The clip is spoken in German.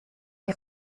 die